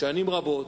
שנים רבות,